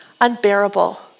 unbearable